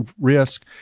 risk